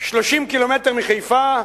30 ק"מ מחיפה,